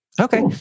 Okay